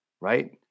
right